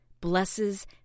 Blesses